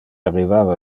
arrivava